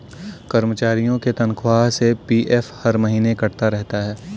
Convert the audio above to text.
कर्मचारियों के तनख्वाह से पी.एफ हर महीने कटता रहता है